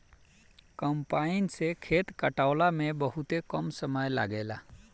combine से खेत कटावला में बहुते कम समय लागेला